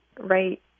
right